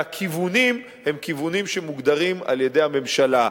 שהכיוונים הם כיוונים שמוגדרים על-ידי הממשלה,